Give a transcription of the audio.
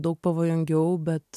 daug pavojingiau bet